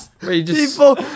People